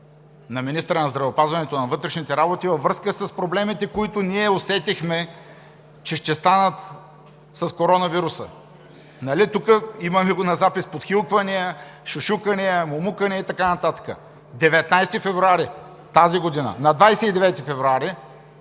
на министрите на здравеопазването и на вътрешните работи във връзка с проблемите, които ние усетихме, че ще станат с коронавируса. Тук – имаме го на запис: подхилквания, шушукания, мумукания и така нататък! На 19 февруари тази година! На 29 февруари